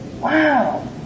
wow